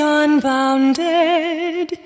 unbounded